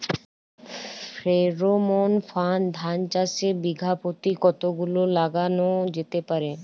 Pheromone ফাঁদ ধান চাষে বিঘা পতি কতগুলো লাগানো যেতে পারে?